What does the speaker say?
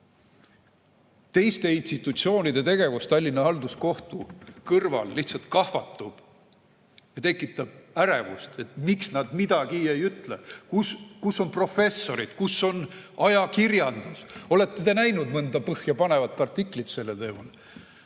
Teiste institutsioonide tegevus Tallinna Halduskohtu kõrval lihtsalt kahvatub ja tekitab ärevust. Miks nad midagi ei ütle? Kus on professorid, kus on ajakirjandus? Olete te näinud mõnda põhjapanevat artiklit sellel teemal?